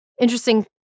interesting